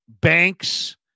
Banks